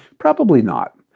probably not.